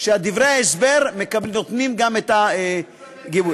ודברי ההסבר נותנים גם את הגיבוי.